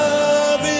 Love